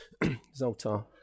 Zoltar